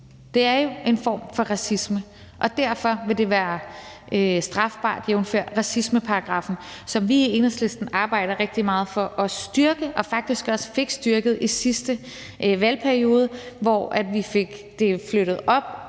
Det er jo en form for racisme, og derfor vil det være strafbart, jævnfør racismeparagraffen. Så vi i Enhedslisten arbejder rigtig meget for at styrke racismeparagraffen og fik faktisk også styrket den i sidste valgperiode, hvor vi fik det flyttet ind